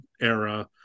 era